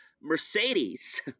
Mercedes